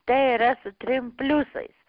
tė yra su trim pliusais